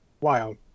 wild